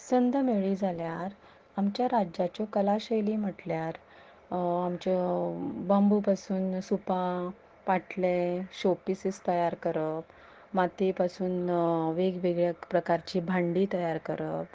संद मेळ्ळी जाल्यार आमच्या राज्याच्यो कलाशैली म्हटल्यार ह्यो आमच्यो बांबू पासून सुपां पाटले शो पिसीस तयार करप मातये पासून वेगवेगळ्या प्रकारची भांडी तयार करप